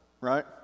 right